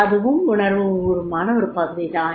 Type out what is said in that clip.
அதுவும் உணர்வுபூர்வமான ஒரு பகுதி தான்